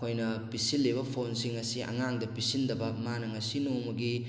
ꯑꯩꯈꯣꯏꯅ ꯄꯤꯁꯤꯜꯂꯤꯕ ꯐꯣꯟꯁꯤꯡ ꯑꯁꯤ ꯑꯉꯥꯡꯗ ꯄꯤꯁꯤꯟꯗꯕ ꯃꯥꯅ ꯉꯁꯤ ꯅꯣꯡꯃꯒꯤ